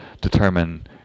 determine